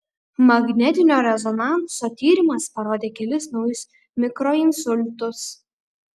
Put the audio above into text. magnetinio rezonanso tyrimas parodė kelis naujus mikroinsultus